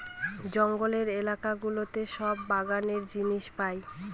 জঙ্গলের এলাকা গুলোতে সব বাগানের জিনিস পাই